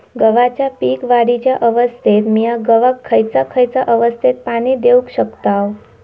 गव्हाच्या पीक वाढीच्या अवस्थेत मिया गव्हाक खैयचा खैयचा अवस्थेत पाणी देउक शकताव?